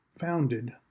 founded